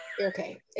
okay